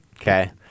Okay